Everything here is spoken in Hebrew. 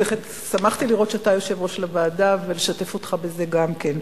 שמחתי לראות שאתה יושב-ראש הוועדה ולשתף אותך בזה גם כן.